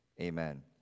Amen